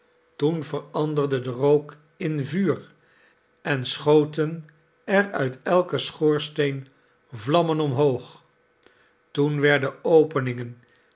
toen veranderde de rook in vuur en schoten er uit elken schoorsteen vlammen omhoog toen werden openingen